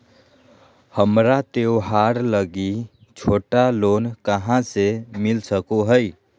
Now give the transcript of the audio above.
हमरा त्योहार लागि छोटा लोन कहाँ से मिल सको हइ?